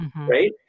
right